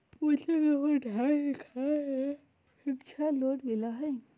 बच्चा के पढ़ाई के लेर शिक्षा लोन मिलहई?